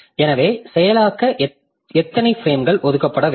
எனவே செயலாக்க எத்தனை பிரேம்கள் ஒதுக்கப்பட வேண்டும்